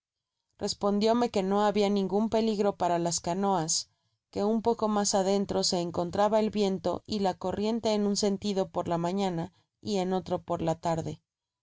respondiome que no habia ningun peligro para las canoas que un poco mas adentro se encontraba el viento y la corriente en un sentido por la mañana y en otro por ja tarde